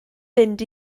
fynd